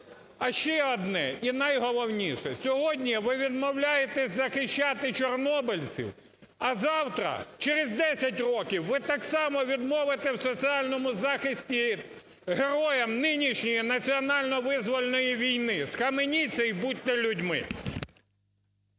А ще одне, і найголовніше. Сьогодні ви відмовляєтесь захищати чорнобильців, а завтра, через 10 років, ви так само відмовите в соціальному захисті героям нинішньої національно-визвольної війни. Схаменіться і будьте людьми!